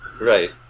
Right